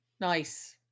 Nice